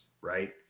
right